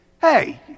hey